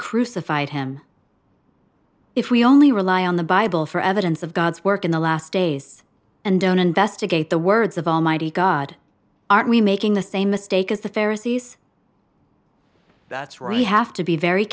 crucified him if we only rely on the bible for evidence of god's work in the last days and don't investigate the words of almighty god aren't we making the same mistake as the pharisees that's right you have to be very